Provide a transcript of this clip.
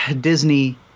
Disney